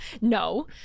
no